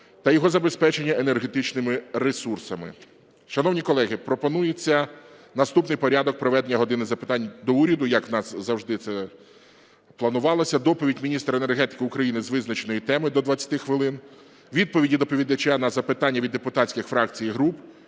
та його забезпечення енергетичними ресурсами. Шановні колеги, пропонується наступний порядок проведення "години запитань до Уряду", як у нас завжди це планувалося, доповідь міністра енергетики України з визначеної теми – до 20 хвилин, відповіді доповідача на запитання від депутатських фракцій і груп